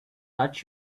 touched